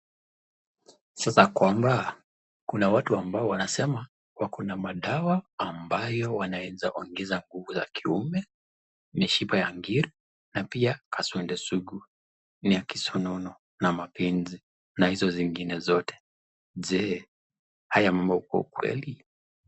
Sasa kwamba kuna watu ambao wanasema wakona madawa ambayo wanaweza ongeza nguvu za kiume, ni shiba ya ngiro na pia kaswende sugu. Ni ya kisonono na mapenzi na hizo zingine zote. Je, haya mambo hukuwa ukweli?